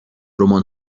رمان